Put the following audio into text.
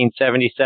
1977